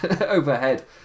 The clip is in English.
overhead